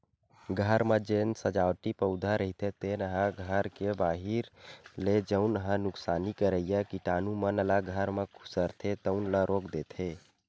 घर म जेन सजावटी पउधा रहिथे तेन ह घर के बाहिर ले जउन ह नुकसानी करइया कीटानु मन ल घर म खुसरथे तउन ल रोक देथे